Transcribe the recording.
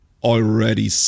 Already